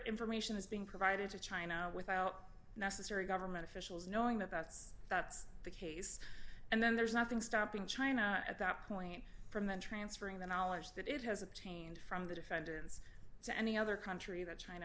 information is being provided to china without the necessary government officials knowing that that's that's the case and then there's nothing stopping china at that point from then transferring the knowledge that it has obtained from the defendants to any other country that china